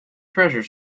treasure